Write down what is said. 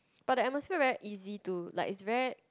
but the atmosphere very easy to like it's very